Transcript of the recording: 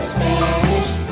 Spanish